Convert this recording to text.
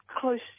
close